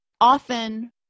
often